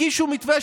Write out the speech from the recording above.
הגישו מתווה,